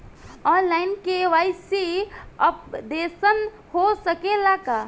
आन line KYC updation हो सकेला का?